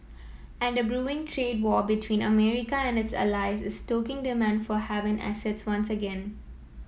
and a brewing trade war between America and its allies is stoking demand for haven assets once again